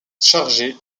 chargé